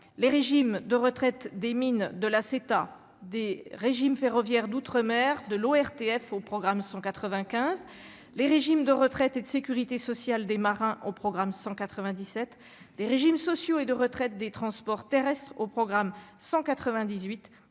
les régimes de retraite, des mines, de la à des régimes ferroviaires d'outre-mer de l'ORTF au programme 195 les régimes de retraite et de sécurité sociale des marins au programme 197 des régimes sociaux et de retraite des transports terrestres au programme 198